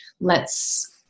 lets